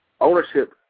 ownership